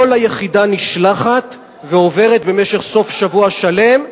כל היחידה נשלחת ועוברת במשך סוף שבוע שלם,